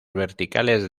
verticales